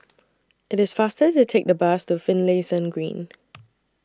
IT IS faster to Take The Bus to Finlayson Green